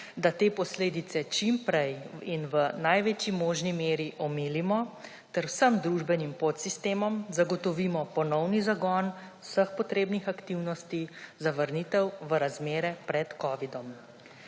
da te posledice čim prej in v največji možni meri omilimo ter vsem družbenim podsistemom zagotovimo ponovni zagon vseh potrebnih aktivnosti za vrnitev v razmere pred covidom.